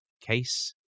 case